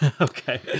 Okay